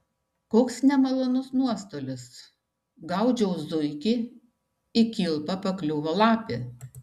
koks nemalonus nuostolis gaudžiau zuikį į kilpą pakliuvo lapė